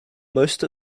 most